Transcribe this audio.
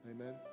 Amen